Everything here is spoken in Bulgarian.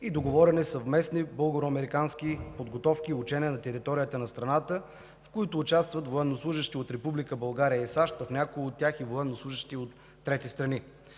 и договорени съвместни българо-американски подготовки и учения на територията на страната, в които участват военнослужещи от Република България и САЩ, а в някои от тях и военнослужещи от трети страни.